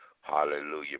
Hallelujah